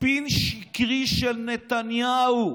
"ספין שקרי של נתניהו".